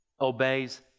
obeys